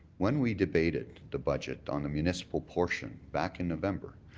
when we debated the budget on the municipal portion back in november,